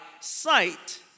sight